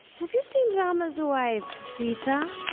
have you seen rama's wife sita?